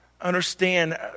understand